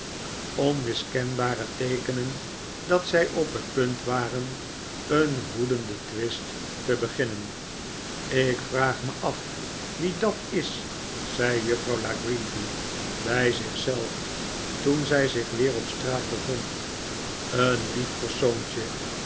onmiskenbare teekenen dat zij op net punt waren een woedenden twist te beginnen ik vraag me af wie dat is zei juffrouw la creevy bij zich zelf toen zij zich weer op straat bevond een lief persoontje